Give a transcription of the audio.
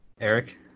Eric